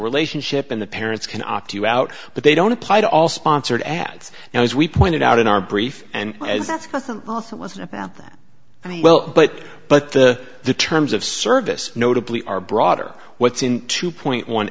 relationship and the parents can opt you out but they don't apply to all sponsored ads and as we pointed out in our brief and as that's doesn't it wasn't about that well but but the the terms of service notably are broader what's in two point one